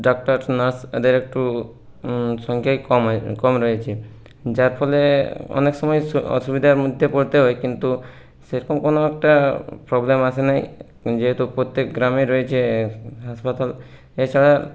doctor nurse এদের একটু সংখ্যায় কম হয় কম রয়েছে যার ফলে অনেক সময় অসুবিধার মধ্যে পড়তে হয় কিন্তু সেরকম কোনো একটা প্রবলেম আসেনি যেহেতু প্রত্যেক গ্রামে রয়েছে হাসপাতাল এছাড়া